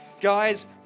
Guys